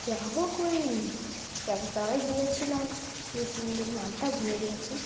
যা হোক ওই এক জায়গায় গিয়েছিলাম খুবই সুন্দর নামটা ভুলে গিয়েছি